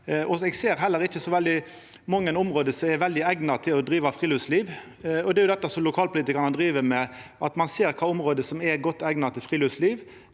Eg ser heller ikkje så mange område som er veldig eigna til å driva friluftsliv. Det er jo dette lokalpolitikarane driv med, at ein ser kva område som er godt eigna til friluftsliv.